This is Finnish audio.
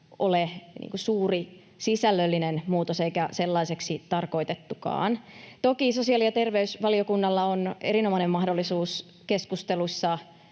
ole suuri sisällöllinen muutos eikä sellaiseksi tarkoitettukaan. Toki sosiaali- ja terveysvaliokunnalla on erinomainen mahdollisuus keskusteluissa,